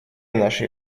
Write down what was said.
нашей